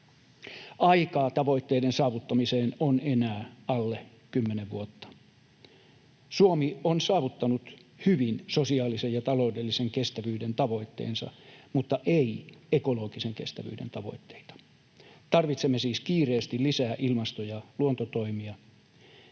Aikaa tavoitteiden saavuttamiseen on enää alle kymmenen vuotta. Suomi saavuttanut hyvin sosiaalisen ja taloudellisen kestävyyden tavoitteensa mutta ei ekologisen kestävyyden tavoitteita. Tarvitsemme siis kiireesti lisää ilmasto‑ ja luontotoimia.